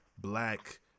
black